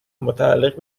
متعلق